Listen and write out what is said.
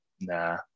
nah